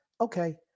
Okay